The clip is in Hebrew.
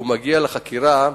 והוא מגיע לחקירה,